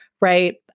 right